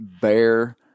bear